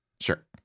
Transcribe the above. Sure